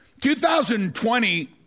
2020